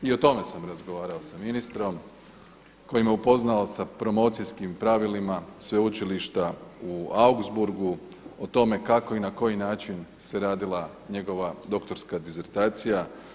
I o tome sam razgovarao sa ministrom koji me upoznao sa promocijskim pravilima sveučilišta u Augsburgu o tome kako i na koji način se radila njegova doktorska disertacija.